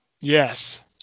Yes